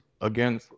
again